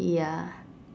ya